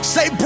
Say